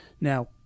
now